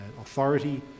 authority